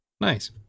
Nice